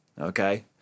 Okay